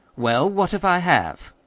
well, what if i have?